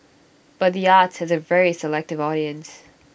but the arts has A very selective audience